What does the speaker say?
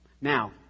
Now